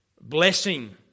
blessing